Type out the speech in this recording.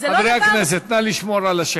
חברי הכנסת, נא לשמור על השקט.